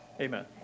Amen